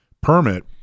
permit